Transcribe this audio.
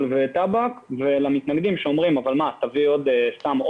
וטבק ולמתנגדים שאומרים תביא עוד סם?